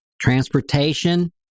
transportation